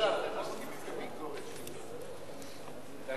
החלטת הוועדה לענייני ביקורת המדינה בדבר העמדת